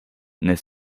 n’est